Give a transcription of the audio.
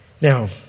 Now